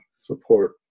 support